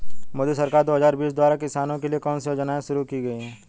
मोदी सरकार दो हज़ार बीस द्वारा किसानों के लिए कौन सी योजनाएं शुरू की गई हैं?